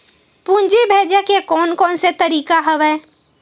पूंजी भेजे के कोन कोन से तरीका हवय?